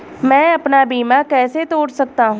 मैं अपना बीमा कैसे तोड़ सकता हूँ?